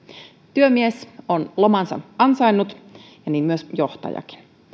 työmies on lomansa ansainnut ja niin myös johtaja